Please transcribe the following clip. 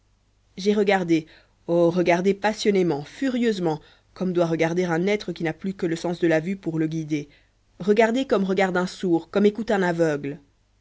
j'ai regardé oh regardé passionnément furieusement comme doit regarder un être qui n'a plus que le sens de la vue pour le guider regardé comme regarde un sourd comme écoute un aveugle